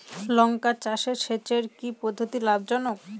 লঙ্কা চাষে সেচের কি পদ্ধতি লাভ জনক?